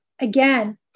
again